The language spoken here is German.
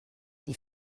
die